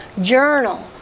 Journal